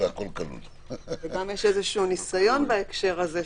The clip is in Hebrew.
גם יש ניסיון בעניין הזה,